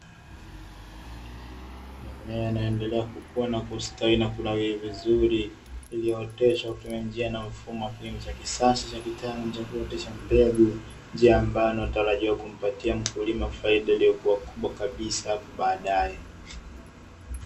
Mimea inayoendelea kukua na kustawi na kunawiri vizuri, iliyooteshwa kwa kutumia njia na mfumo wa kilimo cha kisasa cha kitaalamu cha kuotesha mbegu, njia ambayo inatarajiwa kumpatia mkulima faida iliyokuwa kubwa kabisa hapo baadaye.